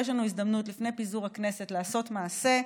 יש לנו הזדמנות לפני פיזור הכנסת לעשות מעשה,